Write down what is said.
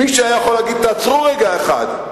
מי שהיה יכול להגיד: תעצרו רגע אחד.